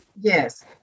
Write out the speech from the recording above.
Yes